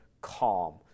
calm